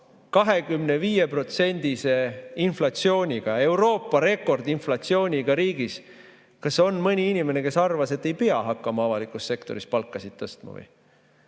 inflatsiooniga, Euroopa rekordinflatsiooniga riigis. Kas on mõni inimene, kes arvas, et ei pea hakkama avalikus sektoris palkasid tõstma?